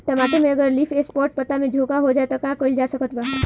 टमाटर में अगर लीफ स्पॉट पता में झोंका हो जाएँ त का कइल जा सकत बा?